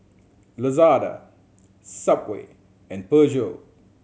Lazada Subway and Peugeot